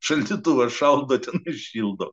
šaldytuvas šaldo šildo